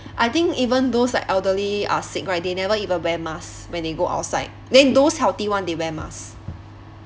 I think even those like elderly are sick right they never even wear mask when they go outside then those healthy one they wear mask